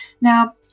Now